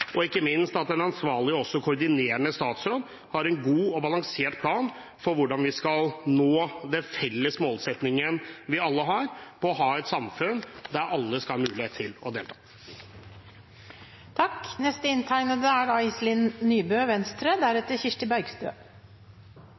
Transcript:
og ikke minst at den ansvarlige og også koordinerende statsråd har en god og balansert plan for hvordan vi skal nå den felles målsettingen vi alle har om å ha et samfunn der alle skal ha mulighet til å